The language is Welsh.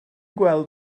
gweld